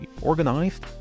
organized